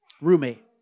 roommate